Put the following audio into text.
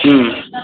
ம்